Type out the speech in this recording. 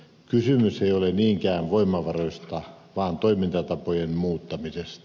kysymys ei ole niinkään voimavaroista vaan toimintatapojen muuttamisesta